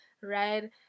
right